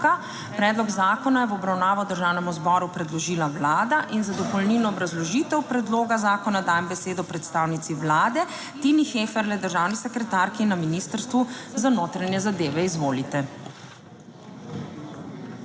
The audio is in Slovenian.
Predlog zakona je v obravnavo Državnemu zboru predložila Vlada in za dopolnilno obrazložitev predloga zakona dajem besedo predstavnici Vlade, Tini Heferle, državni sekretarki na Ministrstvu za notranje zadeve. Izvolite.